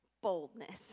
Boldness